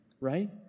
Right